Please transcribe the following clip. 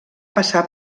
passar